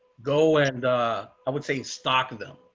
go and i would say stock of them.